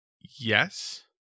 Yes